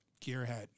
gearhead